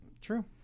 True